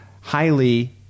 highly